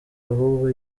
ahubwo